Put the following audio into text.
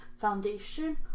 Foundation